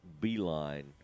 beeline